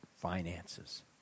finances